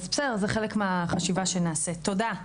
אז בסדר, זה חלק מהחשיבה שנעשה, תודה.